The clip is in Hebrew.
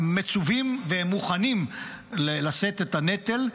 מצווים והם מוכנים לשאת את הנטל.